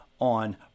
on